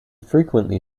frequently